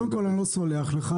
קודם כל אני לא סולח לך,